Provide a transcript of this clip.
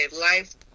life